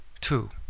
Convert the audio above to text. Two